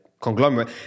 conglomerate